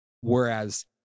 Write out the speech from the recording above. Whereas